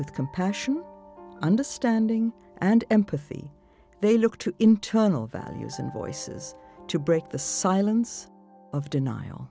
with compassion understanding and empathy they look to internal values and voices to break the silence of denial